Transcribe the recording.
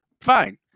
Fine